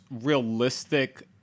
realistic